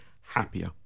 happier